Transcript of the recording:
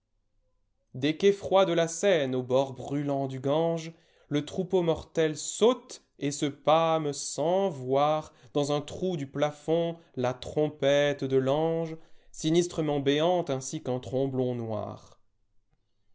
des quais froids de la seine aux bords brûlants du gange le troupeau mortel saute et se pâme sans voirdans un trou du plafond la trompette de l'angesinistrement béante ainsi qu'un tromblon noir